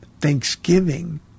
thanksgiving